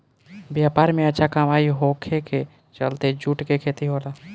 व्यापार में अच्छा कमाई होखे के चलते जूट के खेती होला